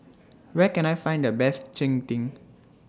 Where Can I Find The Best Cheng Tng